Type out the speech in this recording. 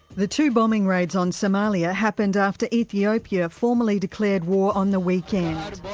the two bombing raids on somalia happened after ethiopia formally declared war on the weekend.